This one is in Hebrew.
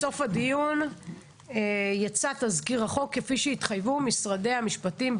בסוף הדיון יצא תזכיר החוק כפי שהתחייבו משרדי המשפטים,